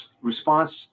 response